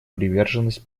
приверженность